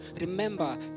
Remember